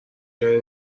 گری